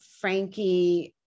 Frankie